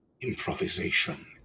Improvisation